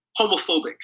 homophobic